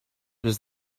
was